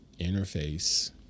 interface